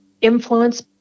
influence